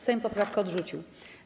Sejm poprawkę odrzucił.